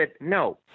no